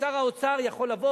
ושר האוצר יכול לבוא,